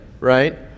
right